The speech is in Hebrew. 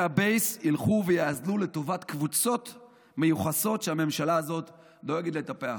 הבייס ילכו ויאזלו לטובת קבוצות מיוחסות שהממשלה הזאת דואגת לטפח.